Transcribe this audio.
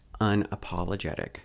unapologetic